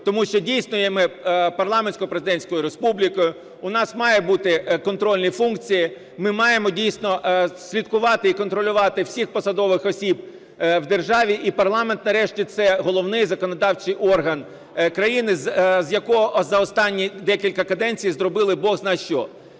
Тому що дійсно ми є парламентсько-президентською республікою, у нас мають бути контрольні функції, ми маємо, дійсно, слідкувати і контролювати всіх посадових осіб в державі. І парламент нарешті – це головний законодавчий орган країни, з якого за останні декілька каденцій зробили бозна-що.